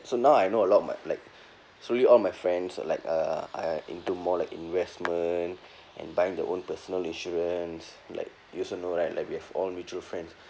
so now I know a lot of my like slowly all my friends like uh are into more like investment and buying their own personal insurance like you also know right like we have all mutual friends